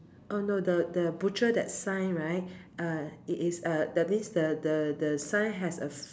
oh no the the butcher that sign right uh it is a that means the the the sign has a